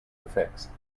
effects